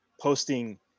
posting